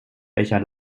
welcher